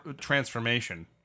transformation